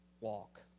walk